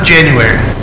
January